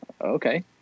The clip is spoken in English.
okay